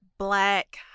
black